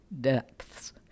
depths